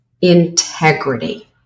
integrity